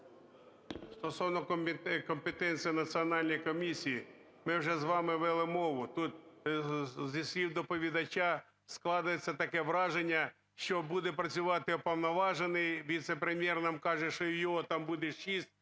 Стосовно компетенції Національної комісії ми вже з вами вели мову. Тут, зі слів доповідача, складається таке враження, що буде працювати Уповноважений, віце-прем'єр нам каже, що в нього там буде шість